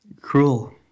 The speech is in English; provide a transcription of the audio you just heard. Cruel